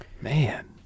man